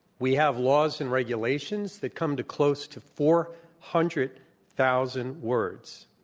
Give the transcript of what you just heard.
we have laws and regulations that come to close to four hundred thousand words.